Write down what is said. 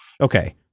Okay